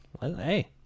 Hey